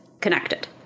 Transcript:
connected